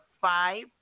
five